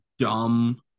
dumb